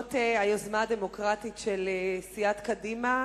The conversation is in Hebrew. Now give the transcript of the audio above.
בעקבות היוזמה הדמוקרטית של סיעת קדימה,